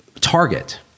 Target